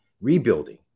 rebuilding